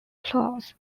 claws